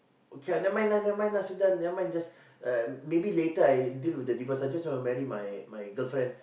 okay lah never mind lah never mind lah sudah never mind just maybe later I deal with the divorce lah just want to marry my girlfriend